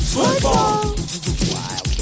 Football